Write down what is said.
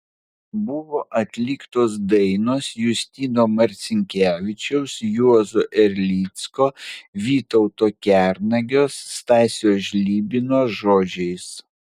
buvo atliktos dainos justino marcinkevičiaus juozo erlicko vytauto kernagio stasio žlibino žodžiais